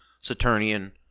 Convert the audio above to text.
Saturnian